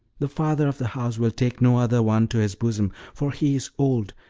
the father of the house will take no other one to his bosom, for he is old,